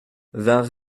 vingt